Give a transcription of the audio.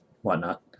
whatnot